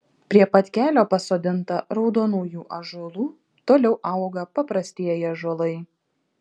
prie pat kelio pasodinta raudonųjų ąžuolų toliau auga paprastieji ąžuolai